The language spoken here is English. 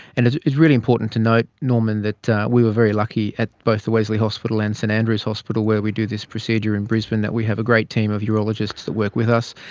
and it's it's really important to note, norman, that that we were very lucky at both the wesley hospital and st andrews hospital where we do this procedure in brisbane that we have a great team of urologists that work with us.